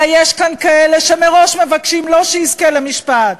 אלא יש שם כאלה שמראש מבקשים, לא שיזכה למשפט,